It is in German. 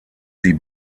sie